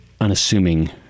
unassuming